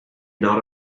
not